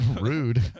Rude